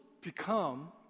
become